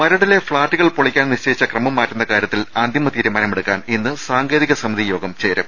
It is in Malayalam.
മരടിലെ ഫ്ളാറ്റുകൾ പൊളിക്കാൻ നിശ്ചയിച്ച ക്രമം മാറ്റുന്ന കാര്യത്തിൽ അന്തിമ തീരുമാനമെടുക്കാൻ ഇന്ന് സാങ്കേ തിക സമിതി യോഗം ചേരും